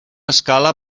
escala